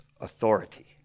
authority